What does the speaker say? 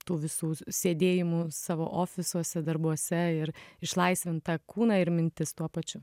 tų visų sėdėjimų savo ofisuose darbuose ir išlaisvint tą kūną ir mintis tuo pačiu